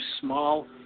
small